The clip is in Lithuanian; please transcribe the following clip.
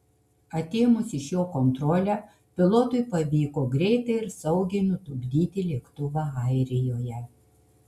atėmus iš jo kontrolę pilotui pavyko greitai ir saugiai nutupdyti lėktuvą airijoje